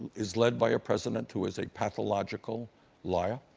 is led by a president who is a pathological liar.